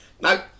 no